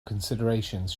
considerations